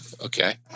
okay